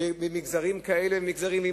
ואם מגזרים אלה ומגזרים אחרים,